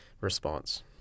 response